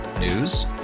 News